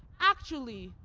actually,